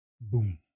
Boom